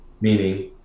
meaning